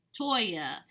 Toya